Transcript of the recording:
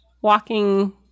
walking